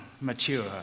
mature